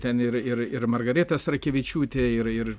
ten ir ir ir margarita starkevičiūtė ir ir